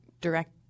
direct